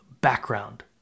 background